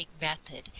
method